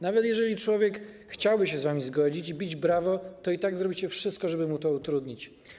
Nawet jeżeli człowiek chciałby się z wami zgodzić i bić brawo, to i tak zrobicie wszystko, żeby mu to utrudnić.